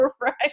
right